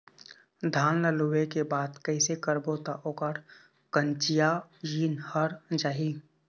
धान ला लुए के बाद कइसे करबो त ओकर कंचीयायिन हर जाही?